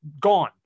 gone